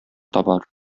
табар